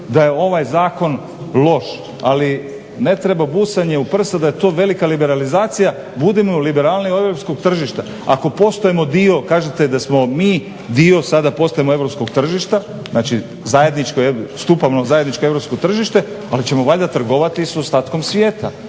da je ovaj zakon loš ali ne treba busanje u prsa da je to velika liberalizacija, budimo liberalniji od europskog tržišta. Ako postajemo dio, kažete da smo mi dio, sada postajemo europskog tržišta, znači zajedničko, stupamo na zajedničko europsko tržište, ali ćemo valjda trgovati sa ostatkom svijeta.